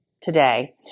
today